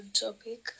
topic